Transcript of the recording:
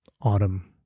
Autumn